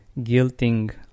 guilting